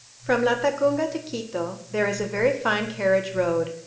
from latacunga to quito there is a very fine carriage road,